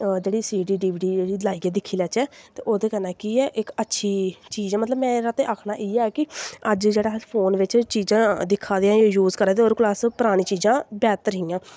जेह्ड़ी C D D V D लाइयै दिक्खी लैच्चै ते ओह्दे कन्नै केह् ऐ कि इक अच्छी चीज़ ऐ मतलब मेरा ते आखना इ'यै कि अज्ज फोन बिच्च जेह्ड़ी चीज़ां अस दिक्खा दे आं जां यूज़ करा दे आं एह्दे कोला दा परानी चीज़ां बैह्तर हियां